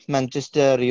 Manchester